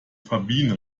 fabienne